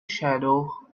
shadow